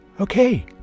Okay